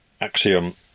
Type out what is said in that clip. Axiom